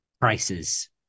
prices